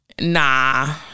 nah